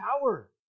power